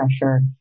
pressure